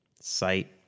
site